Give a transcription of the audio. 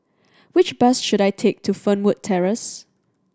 which bus should I take to Fernwood Terrace